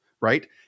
Right